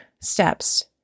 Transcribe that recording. steps